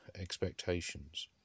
expectations